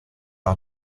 our